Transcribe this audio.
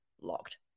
locked